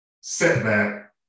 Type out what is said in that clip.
setback